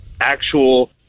actual